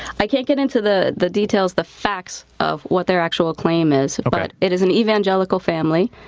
i can't get into the the details, the facts of what their actual claim is, but it is an evangelical family,